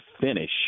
finish